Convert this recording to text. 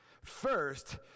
First